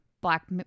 black